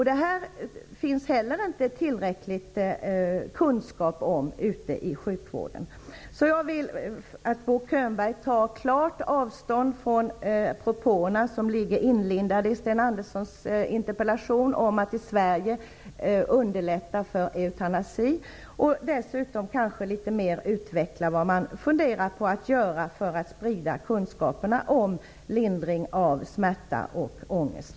Det finns inte tillräcklig kunskap om detta i sjukvården. Jag vill att Bo Könberg tar klart avstånd från propåerna som ligger inlindade i Sten Anderssons i Malmö interpellation om att i Sverige underlätta för eutanasi. Jag skulle också vilja att Bo Könberg något mer utvecklar vad man funderar på att göra för att sprida kunskaperna om lindring av smärta och ångest.